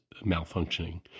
malfunctioning